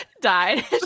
died